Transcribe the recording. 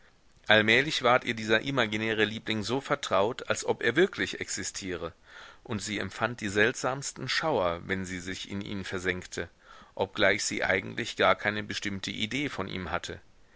allmählich ward ihr dieser imaginäre liebling so vertraut als ob er wirklich existiere und sie empfand die seltsamsten schauer wenn sie sich in ihn versenkte obgleich sie eigentlich gar keine bestimmte idee von ihm hatte